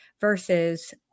versus